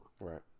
Right